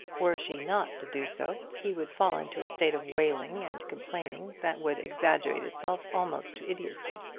were she not to do so, he would fall into a state of wailing and complaining that would exaggerate itself almost to idiotcy.